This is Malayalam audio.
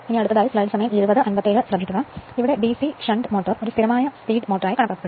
അതിനാൽ ഡിസി ഷണ്ട് മോട്ടോർ ഒരു സ്ഥിരമായ സ്പീഡ് മോട്ടോറായി കണക്കാക്കപ്പെടുന്നു